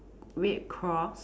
red cross